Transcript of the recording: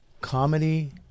Comedy